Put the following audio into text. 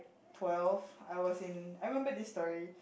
twelve I was in I remember this story